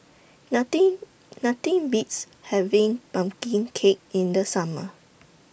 Nothing Nothing Beats having Pumpkin Cake in The Summer